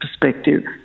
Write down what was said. perspective